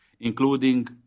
including